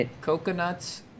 coconuts